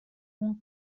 اون